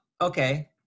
Okay